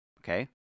Okay